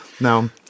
now